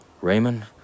Raymond